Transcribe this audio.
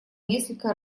несколько